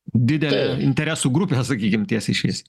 didelė interesų grupė sakykim tiesiai šviesiai